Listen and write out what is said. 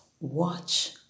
watch